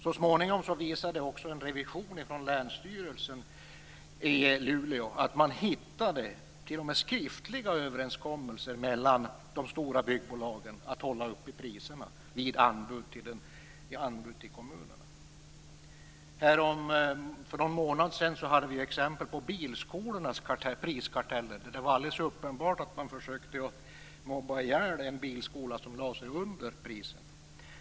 Så småningom visade också en revision från Länsstyrelsen i Luleå att man t.o.m. hittade skriftliga överenskommelser mellan de stora byggbolagen om att hålla uppe priserna vid anbud till kommunerna. För någon månad sedan hade vi exempel på bilskolornas priskarteller. Det var alldeles uppenbart att man försökte mobba ihjäl en bilskola vars priser låg under.